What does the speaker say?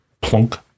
plunk